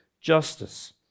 justice